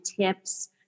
tips